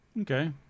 Okay